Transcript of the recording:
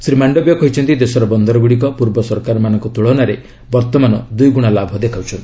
ଶ୍ରୀ ମାଶ୍ଡବିୟ କହିଛନ୍ତି ଦେଶର ବନ୍ଦରଗୁଡ଼ିକ ପୂର୍ବ ସରକାରମାନଙ୍କ ତୁଳନାରେ ବର୍ତ୍ତମାନ ଦୁଇଗୁଣା ଲାଭ ଦେଖାଉଛନ୍ତି